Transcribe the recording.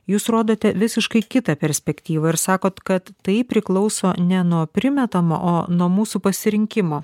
jūs rodote visiškai kitą perspektyvą ir sakot kad tai priklauso ne nuo primetama o nuo mūsų pasirinkimo